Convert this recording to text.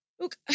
look